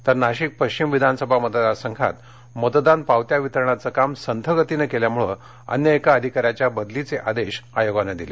तर नाशिक पश्चिम विधानसभा मतदारसंघात मतदान पावत्या वितरणाचं काम संथगतीनं केल्यामुळं अन्य एका अधिकाऱ्याच्या बदलीचे आदेश आयोगानं दिले